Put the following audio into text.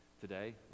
today